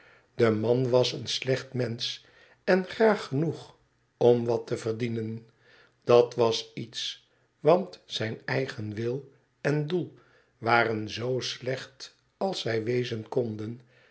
de man was een slecht mensch en graag genoeg om wat te verdienen dat was iets want zijn eigen wil en doel waren zoo slecht als zij wezen konden